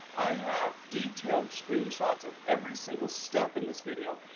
i have detailed screenshots of every single step in this video.